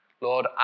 Lord